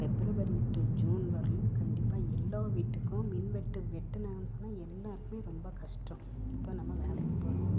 February to June வரையும் கண்டிப்பாக எல்லா வீட்டுக்கும் மின்வெட்டு வெட்டுனால் நாள்னு சொன்னால் எல்லாேருக்குமே ரொம்ப கஷ்டம் இப்போ நம்ம வேலைக்கு போகிறோம்